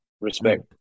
Respect